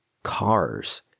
Cars